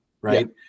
right